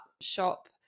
shop